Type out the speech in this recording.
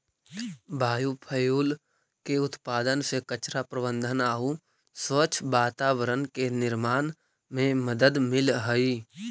biofuel के उत्पादन से कचरा प्रबन्धन आउ स्वच्छ वातावरण के निर्माण में मदद मिलऽ हई